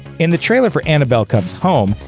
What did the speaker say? in the trailer for annabelle comes home,